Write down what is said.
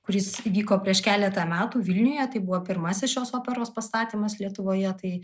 kuris įvyko prieš keletą metų vilniuje tai buvo pirmasis šios operos pastatymas lietuvoje tai